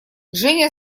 женя